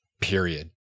period